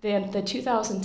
they had the two thousand